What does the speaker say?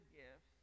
gift